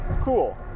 cool